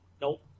Nope